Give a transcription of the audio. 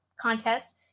contest